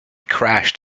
crashed